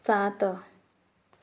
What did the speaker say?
ସାତ